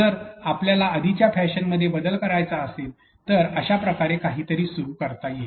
जर आपल्याला आधीच्या फॅशनमध्ये बदल करायचा असेल तर अशा प्रकारे काहीतरी सुरू करता येईल